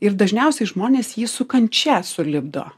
ir dažniausiai žmonės jį su kančia sulipdo